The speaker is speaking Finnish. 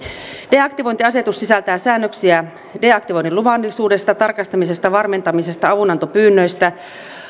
deaktivointiasetus sisältää säännöksiä deaktivoinnin luvallisuudesta tarkastamisesta varmentamisesta avunantopyynnöistä